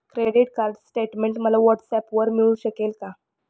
Credit card statement मला व्हॉट्सऍपवर मिळू शकेल का?